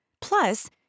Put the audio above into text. Plus